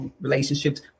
relationships